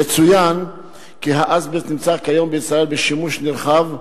יצוין כי האזבסט נמצא כיום בישראל בשימוש נרחב,